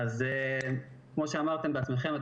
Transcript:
כמו שאמרתם בעצמכם,